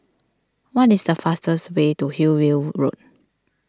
what is the fastest way to Hillview Road